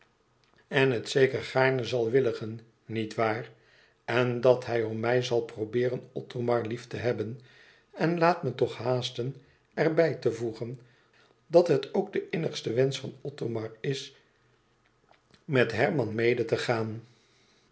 en het zeker gaarne zal inwilligen niet waar en dat hij om mij zal probeeren othomar lief te hebben en laat me toch haasten er bij te voegen dat het ook de innigste wensch van othomar is met herman mede te gaan